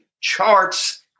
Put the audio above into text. charts